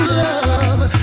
love